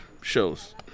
shows